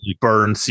burn